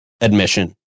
admission